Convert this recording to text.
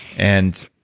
and,